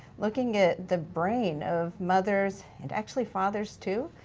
looking at the brain of mothers, and actually fathers too,